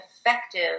effective